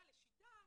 ול'שיטה',